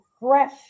fresh